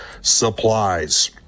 supplies